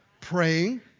Praying